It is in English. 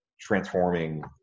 transforming